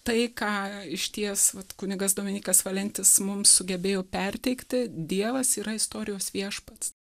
tai ką išties vat kunigas dominykas valentis mums sugebėjo perteikti dievas yra istorijos viešpats